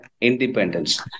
independence